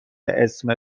اسم